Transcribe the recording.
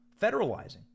federalizing